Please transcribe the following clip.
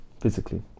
physically